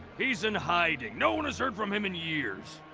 he's in hiding. no one has heard from him in years.